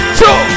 two